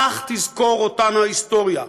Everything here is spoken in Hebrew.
כך תזכור אותנו ההיסטוריה.